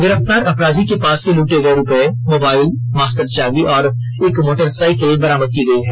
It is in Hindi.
गिरफ्तार अपराधी के पास से लुटे गए रुपये मोबाइल मास्टर चाभी और एक मोटरसाईकिल बरामद की गई है